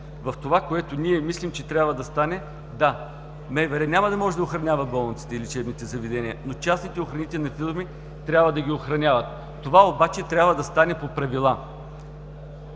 в това, което ние мислим, че трябва да стане – да! МВР няма да може да охранява болниците и лечебните заведения, но частните охранителни фирми трябва да ги охраняват. Това трябва да стане по правила.